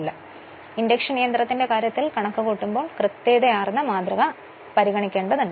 അതിനാൽ ഇൻഡക്ഷൻ യന്ത്രത്തിന്റെ കാര്യത്തിൽ കണക്കു കൂട്ടുമ്പോൾ കൃത്യതയാർന്ന മാതൃക പരിഗണിക്കേണ്ടതുണ്ട്